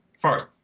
First